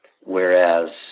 Whereas